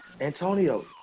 Antonio